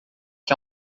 que